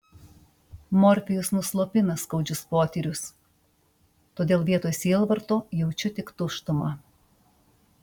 morfijus nuslopina skaudžius potyrius todėl vietoj sielvarto jaučiu tik tuštumą